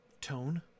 tone